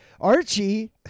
Archie